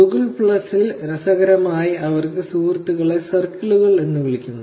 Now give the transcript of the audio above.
Google പ്ലസിൽ രസകരമായി അവർക്ക് സുഹൃത്തുക്കളെ സർക്കിളുകൾ എന്ന് വിളിക്കുന്നു